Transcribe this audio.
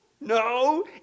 No